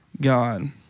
god